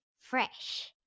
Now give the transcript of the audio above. fresh